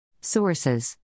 Sources